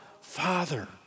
Father